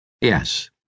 Yes